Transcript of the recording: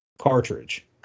cartridge